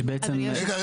יש בעצם --- רגע.